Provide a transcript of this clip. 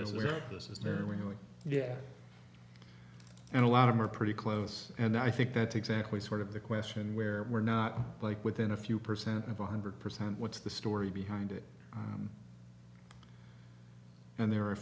going yeah and a lot of are pretty close and i think that's exactly sort of the question where we're not like within a few percent of one hundred percent what's the story behind it and there are a